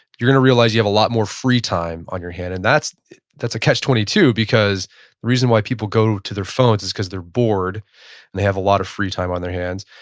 you're going to realize you have a lot more free time on your hands. and that's that's a catch twenty two because the reason why people go to their phones is because they're bored and they have a lot of free time on their hands.